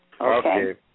Okay